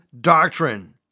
doctrine